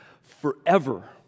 forever